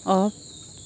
off